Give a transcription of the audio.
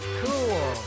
cool